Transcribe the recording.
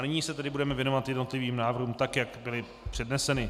Nyní se tedy budeme věnovat jednotlivým návrhům tak, jak byly předneseny.